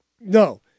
no